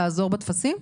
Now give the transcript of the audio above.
לעזור בטפסים?